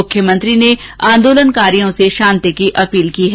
मुख्यमंत्री ने आन्दोलनकारियों से शांति की अपील की है